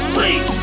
Please